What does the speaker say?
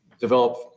develop